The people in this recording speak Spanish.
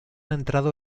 entrado